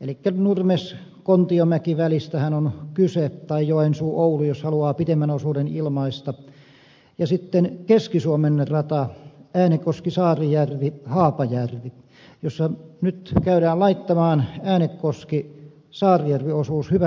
elikkä nurmeskontiomäki välistähän on kyse tai joensuuoulu jos haluaa pitemmän osuuden ilmaista ja sitten keski suomen rata äänekoskisaarijärvihaapajärvi jossa nyt käydään laittamaan äänekoskisaarijärvi osuus hyvään kuntoon